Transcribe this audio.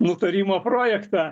nutarimo projektą